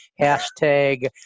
hashtag